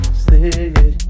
stay